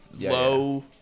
low